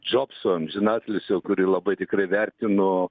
džobso amžinatilsio kurį labai tikrai vertinu